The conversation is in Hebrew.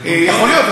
יכול להיות,